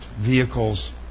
vehicles